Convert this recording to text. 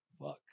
Fuck